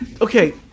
Okay